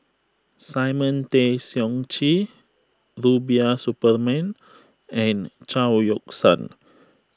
Simon Tay Seong Chee Rubiah Suparman and Chao Yoke San